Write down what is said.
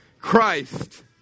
Christ